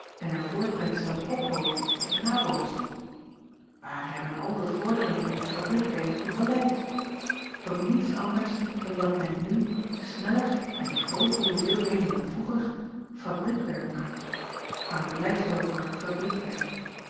en haar voortbrengselen ophoopt of nabootst aar hebben al de vorderingen in het fabriekwezen toe geleid ot niets anders dan dat men nu sneller en in grootere hoeveelheden dan vroeger fabriekwerk maakt maar het blijft dan ook maar